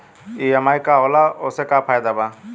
EMI का होला और ओसे का फायदा बा?